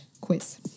quiz